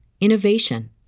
innovation